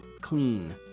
clean